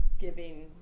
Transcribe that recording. giving